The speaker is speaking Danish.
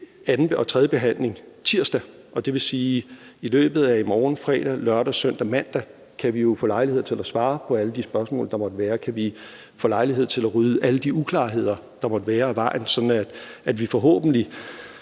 og tredje behandling tirsdag, og det vil sige, at i løbet af i morgen, fredag, og lørdag, søndag og mandag kan vi jo få lejlighed til at svare på alle de spørgsmål, der måtte være. Så kan vi få lejlighed til at rydde alle de uklarheder, der måtte være, af vejen, sådan at vi forhåbentlig